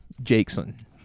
Jackson